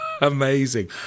amazing